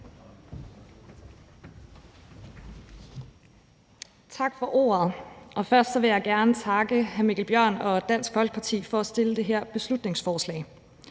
Tak for ordet. Først vil jeg gerne takke hr. Mikkel Bjørn og Dansk Folkeparti for at fremsætte det her beslutningsforslag